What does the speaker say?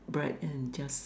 bread and just